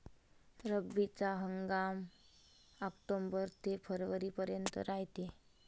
रब्बीचा हंगाम आक्टोबर ते फरवरीपर्यंत रायते